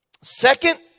Second